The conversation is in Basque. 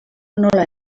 nola